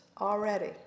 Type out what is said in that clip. already